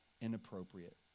inappropriate